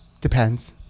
Depends